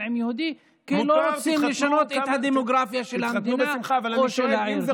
עם יהודי כי לא רוצים לשנות את הדמוגרפיה של המדינה או של העיר.